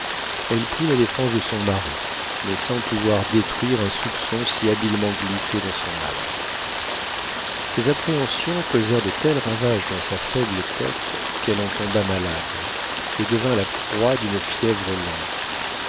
elle prit la défense de son mari mais sans pouvoir détruire un soupçon si habilement glissé dans son âme ces appréhensions causèrent de tels ravages dans sa faible tête qu'elle en tomba malade et devint la proie d'une fièvre lente